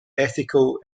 ethical